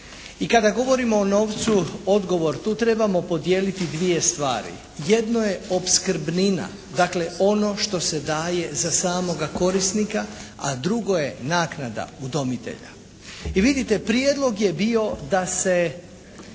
I kada govorite o novcu, odgovor tu trebamo podijeliti dvije stvari. Jedno je opskrbnina, dakle ono što se daje za samoga korisnika. A drugo je naknada udomitelja. I vidite prijedlog je bio da se,